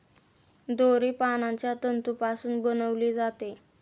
दोरी पानांच्या तंतूपासून बनविली जाते